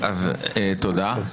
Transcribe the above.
תודה.